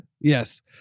Yes